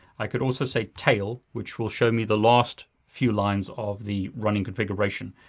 i could also say tail, which will show me the last few lines of the running configuration.